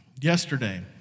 yesterday